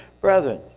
Brethren